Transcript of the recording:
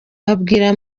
abwira